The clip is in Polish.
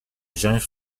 wziąć